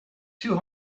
two